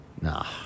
Nah